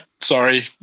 sorry